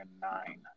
nine